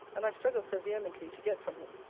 and i struggled so vehemently to get from him,